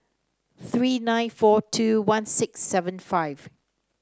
three nine four two one six seven five